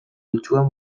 itsuan